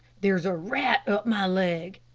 there's a rat up my leg,